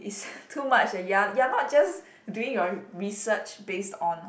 it's too much a you're you're not just doing your research based on